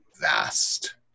vast